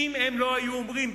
אם הם לא היו אומרים,